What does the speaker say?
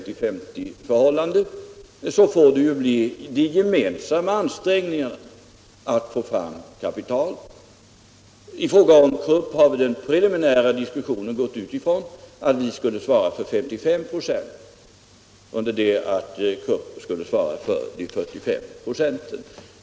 I fråga om Stora Kopparbergs Bergslags AB har vi åtminstone preliminärt diskuterat ett 50 — 50-förhållande. I fråga om Krupp har vi i den preliminära diskussionen gått ut ifrån att vi skall svara för 55 96 under det att Krupp skall svara för 45 96.